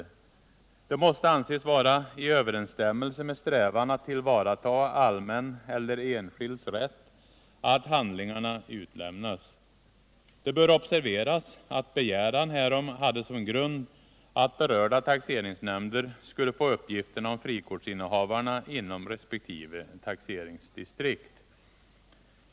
Det måste anses vara i överensstämmelse med strävan att tillvarata allmän eller enskild rätt att handlingarna utlämnas. Det bör observeras att begäran härom hade som grund att berörda taxeringsnämnder skulle få uppgiften om frikortsinnehavarna inom resp. taxeringsdistrikt.